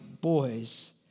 boys